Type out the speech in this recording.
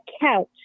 couch